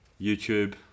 YouTube